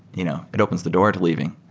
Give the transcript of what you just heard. you know it opens the door to leaving.